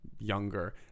Younger